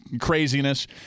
craziness